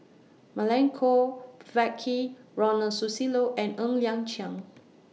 Milenko Prvacki Ronald Susilo and Ng Liang Chiang